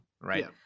right